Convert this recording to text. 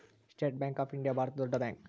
state Bank of India ಭಾರತದ ದೊಡ್ಡ bank